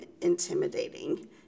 intimidating